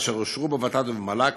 אשר אושרו בוות"ת ובמל"ג,